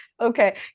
Okay